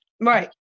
Right